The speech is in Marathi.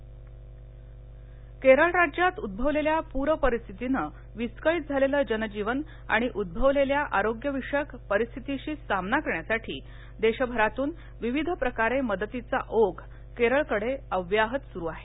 केरळ मदतः केरळ राज्यात उद्भवलेल्या पूरपरिस्थितीनं विस्कळीत झालेलं जनजीवन आणि उद्भवलेल्या आरोग्यविषयक परिस्थितीशी सामना करण्यासाठी देशभरातून विविध प्रकारे मदतीचा ओघ केरळकडं अव्याहत सुरु आहे